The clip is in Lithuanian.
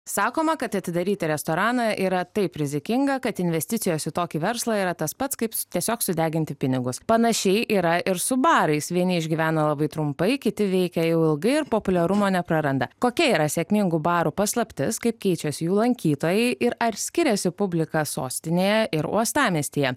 sakoma kad atidaryti restoraną yra taip rizikinga kad investicijos į tokį verslą yra tas pats kaip su tiesiog sudeginti pinigus panašiai yra ir su barais vieni išgyvena labai trumpai kiti veikia jau ilgai ir populiarumo nepraranda kokia yra sėkmingų barų paslaptis kaip keičias jų lankytojai ir ar skiriasi publika sostinėje ir uostamiestyje